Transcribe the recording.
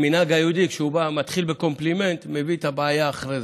כמנהג היהודי שמתחיל בקומפלימנט ומביא את הבעיה אחרי זה.